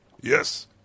yes